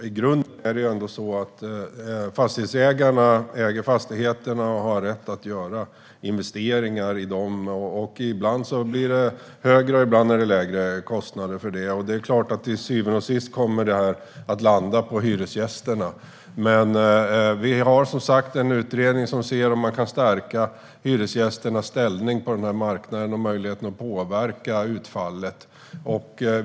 Herr talman! I grunden är det fastighetsägarna som äger fastigheterna som har rätt att göra investeringar i dem. Ibland blir det högre och ibland blir det lägre kostnader för det. Till syvende och sist kommer det att landa på hyresgästerna. Vi har som sagt en utredning som ser om man kan stärka hyresgästernas ställning på marknaden och möjligheten att påverka utfallet.